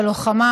בלוחמה.